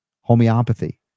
homeopathy